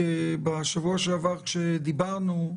כי בשבוע שעבר כשדיברנו,